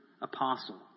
apostle